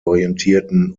orientierten